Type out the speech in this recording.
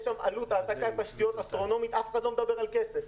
יש שם עלות העתקת תשתיות אסטרונומית ואף אחד לא מדבר על כסף.